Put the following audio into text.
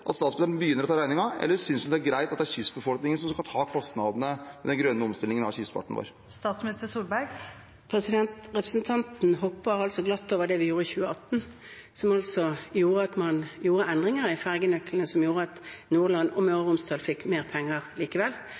at statsministeren begynner å ta regningen, eller synes hun det er greit at det er kystbefolkningen som skal ta kostnadene for den grønne omstillingen av skipsfarten vår? Representanten hopper glatt over det vi gjorde i 2018, som altså gjorde at man fikk endringer i fergenøklene slik at Nordland og Møre og Romsdal fikk mer penger likevel,